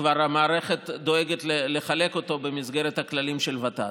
המערכת כבר דואגת לחלק אותו במסגרת הכללים של ות"ת.